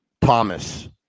Thomas